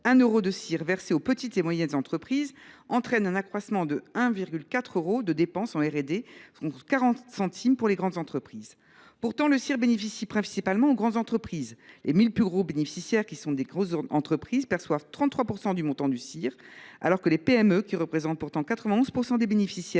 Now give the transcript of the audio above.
1 euro de CIR versé aux petites et moyennes entreprises entraîne un accroissement de 1,40 euro des dépenses en R&D contre 40 centimes pour les grandes entreprises. Pourtant, le CIR bénéficie principalement à ces dernières : les 100 plus gros bénéficiaires, qui sont de grandes entreprises, perçoivent 33 % du montant du CIR, alors que les PME, qui représentent pourtant 91 % des bénéficiaires,